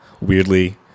weirdly